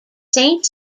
saint